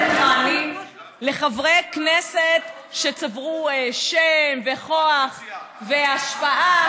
מכהנים וחברי כנסת שצברו שם וכוח והשפעה,